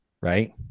Right